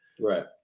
Right